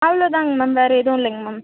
அவ்வளோதாங்க மேம் வேறு எதுவும் இல்லைங்க மேம்